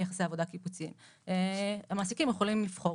ביחסי עבודה קיבוציים - המעסיקים יכולים לבחור,